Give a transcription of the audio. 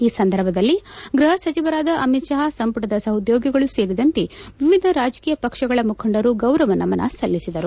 ಈ ಸಂದರ್ಭದಲ್ಲಿ ಗ್ಲಹ ಸಚಿವರಾದ ಅಮಿತ್ ಷಾ ಸಂಪುಟದ ಸಹೋದ್ಲೋಗಿಗಳು ಸೇರಿದಂತೆ ವಿವಿಧ ರಾಜಕೀಯ ಪಕ್ಷಗಳ ಮುಖಂಡರು ಗೌರವ ನಮನ ಸಲ್ಲಿಸಿದರು